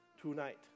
tonight